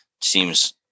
seems